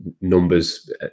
numbers